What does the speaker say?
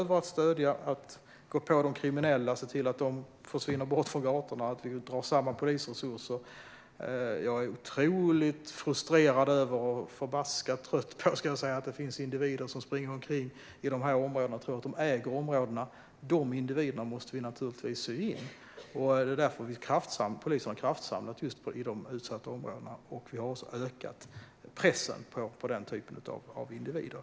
Vi ska gå på de kriminella och se till att de försvinner från gatorna, och vi ska dra samman polisresurser. Jag är otroligt frustrerad över och förbaskat trött på att det finns individer som springer omkring i de här områdena och tror att de äger dem. De individerna måste vi naturligtvis sy in. Det är därför polisen har kraftsamlat just i de utsatta områdena. Vi har också ökat pressen på den typen av individer.